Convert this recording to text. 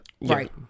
right